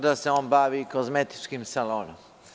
Da se bavi kozmetičkim salonom.